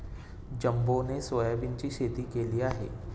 जंबोने सोयाबीनची शेती केली आहे